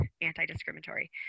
anti-discriminatory